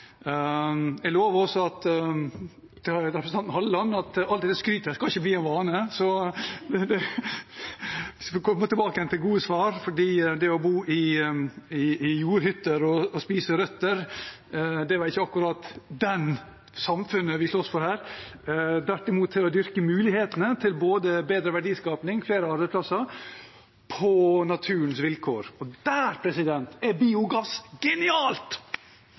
jeg også at alt dette skrytet ikke skal bli en vane, så jeg skal komme tilbake til gode svar, for det å bo i jordhytter og spise røtter er ikke akkurat det samfunnet vi slåss for. Tvert imot vil vi dyrke mulighetene til både bedre verdiskaping og flere arbeidsplasser på naturens vilkår. Og der er biogass genialt.